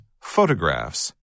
Photographs